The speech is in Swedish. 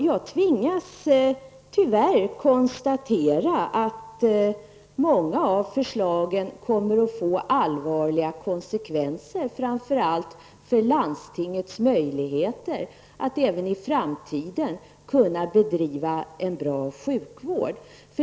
Jag tvingas tyvärr konstatera att många av förslagen kommer att få allvarliga konsekvenser, framför allt för landstingens möjligheter att även i framtiden kunna bedriva en bra sjukvård.